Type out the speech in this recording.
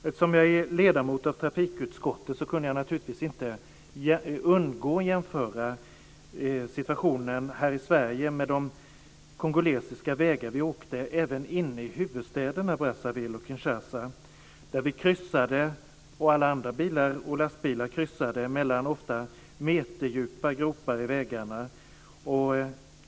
Eftersom jag är ledamot av trafikutskottet kunde jag naturligtvis inte undgå att jämföra situationen i Sverige med de kongolesiska vägar vi åkte på även inne i huvudstäderna Brazzaville och Kinshasa. Lastbilar och bilar kryssade mellan ofta meterdjupa gropar i vägarna.